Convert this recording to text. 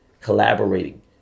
collaborating